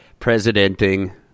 presidenting